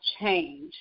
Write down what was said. change